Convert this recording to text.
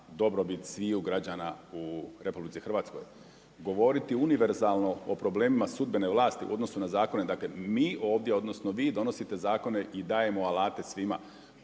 dobrobit sviju građana u RH. Govoriti univerzalno o problemima sudbene vlasti u odnosu na zakone, dakle mi ovdje odnosno vi, donosite zakone i dajemo alate svima.